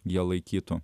jie laikytų